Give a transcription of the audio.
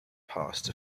past